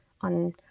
on